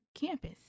campus